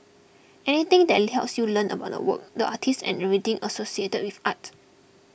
anything that helps you learn about the work the artist and everything associated with art